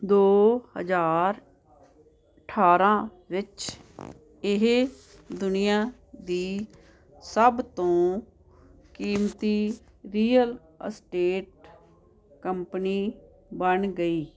ਦੋ ਹਜ਼ਾਰ ਅਠਾਰ੍ਹਾਂ ਵਿੱਚ ਇਹ ਦੁਨੀਆ ਦੀ ਸਭ ਤੋਂ ਕੀਮਤੀ ਰੀਅਲ ਅਸਟੇਟ ਕੰਪਨੀ ਬਣ ਗਈ